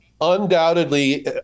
undoubtedly